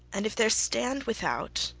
and if there stand without,